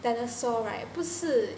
dinosaur right 不是